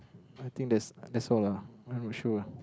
I think that's that's all ah I not sure ah